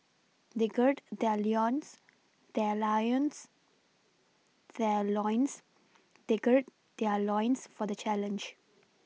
they gird their their Lions their loins they gird their loins for the challenge